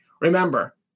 Remember